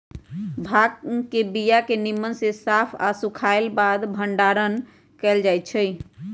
भांग के बीया के निम्मन से साफ आऽ सुखएला के बाद भंडारण कएल जाइ छइ